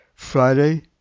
Friday